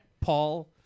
Paul